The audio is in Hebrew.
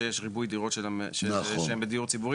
שיש ריבוי דירות שהן בדיור ציבורי,